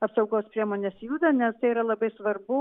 apsaugos priemonės juda nes tai yra labai svarbu